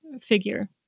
figure